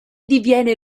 diviene